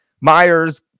Myers